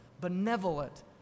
benevolent